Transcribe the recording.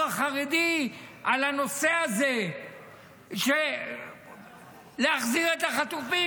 החרדי על הנושא הזה של להחזיר את החטופים,